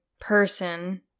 person